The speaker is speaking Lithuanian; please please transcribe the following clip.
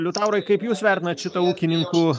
liutaurai kaip jūs vertinat šitą ūkininkų